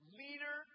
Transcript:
leader